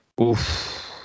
Oof